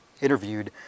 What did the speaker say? interviewed